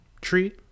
tree